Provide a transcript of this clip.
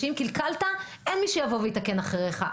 שאם קלקלת, אין מי שיבוא ויתקן אחריך.